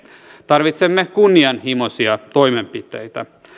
tarvitsemme kunnianhimoisia toimenpiteitä